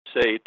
say